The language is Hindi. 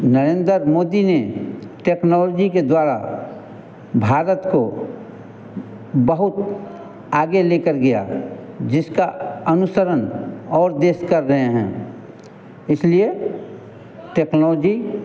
नरेंद्र मोदी ने टेक्नोलजी के द्वारा भारत को बहुत आगे लेकर गया जिसका अनुसरण और देश कर रहे हैं इसलिए टेक्नोलजी